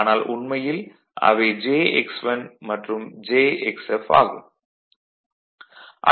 ஆனால் உண்மையில் அவை jx1 மற்றும் jxf ஆகும்